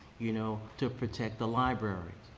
you know, to protect the libraries,